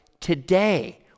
today